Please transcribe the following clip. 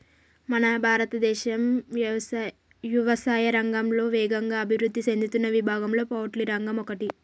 మన భారతదేశం యవసాయా రంగంలో వేగంగా అభివృద్ధి సేందుతున్న విభాగంలో పౌల్ట్రి రంగం ఒకటి